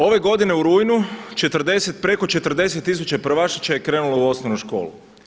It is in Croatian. Ove godine u rujnu preko 40 tisuća prvašića je krenulo u osnovnu školu.